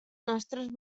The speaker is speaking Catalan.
nostres